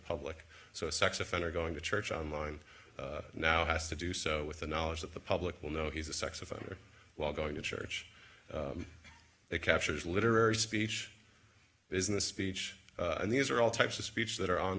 public so a sex offender going to church on line now has to do so with the knowledge that the public will know he's a sex offender while going to church it captures literary speech business speech and these are all types of speech that are on